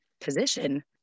position